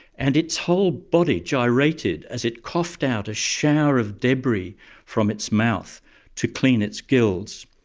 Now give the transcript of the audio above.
and its whole body gyrated as it coughed out a shower of debris from its mouth to clean its gills.